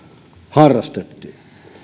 harrastettiin